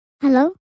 Hello